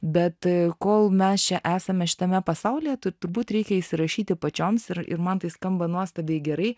bet kol mes čia esame šitame pasaulyje tur būt reikia įsirašyti pačioms ir ir man tai skamba nuostabiai gerai